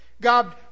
God